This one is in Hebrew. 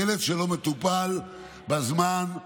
ילד שלא מטופל בזמן,